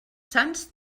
sants